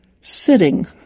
sitting